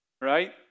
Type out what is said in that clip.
Right